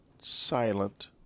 silent